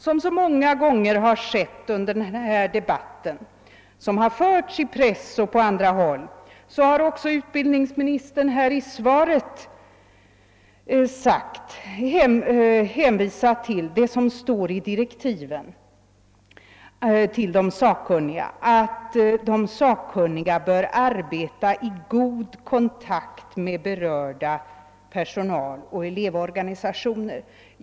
Som så många gånger skett under den debatt som förts i pressen och på andra håll har också utbildningsministern här i svaret hänvisat till det som står i direktiven för de sakkunniga, alltså att dessa »bör arbeta i god kontakt med berörda personaloch elevorganisationer».